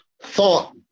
thought